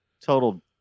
total